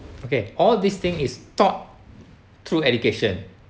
okay all these thing is taught through education